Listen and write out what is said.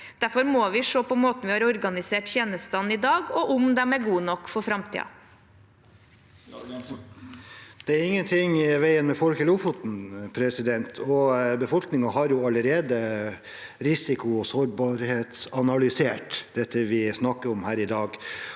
Derfor må vi se på måten vi har organisert tjenestene i dag på, og om de er gode nok for framtiden. Geir Jørgensen (R) Det er ingenting i veien med folk i Lofoten, og befolkningen har allerede risiko- og sårbarhetsanalysert dette vi snakker om her i dag.